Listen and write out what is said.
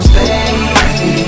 Baby